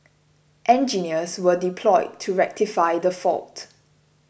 engineers were deployed to rectify the fault